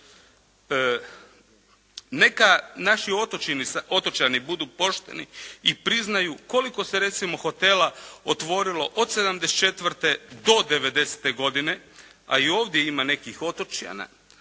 Neka naši otočani budu pošteni i priznaju koliko se recimo hotela otvorilo od '74. do '90. godine a i ovdje ima nekih otočana.